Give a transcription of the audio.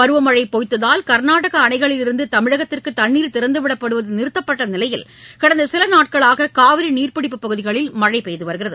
பருவமழை பொய்த்ததால் கர்நாடக அணைகளிலிருந்து தமிழகத்திற்கு தண்ணீர் திறந்துவிடப்படுவது நிறுத்தப்பட்ட நிலையில் கடந்த சில நாட்களாக காவிரி நீர்ப்பிடிப்பு பகுதிகளில் மழை பெய்து வருகிறது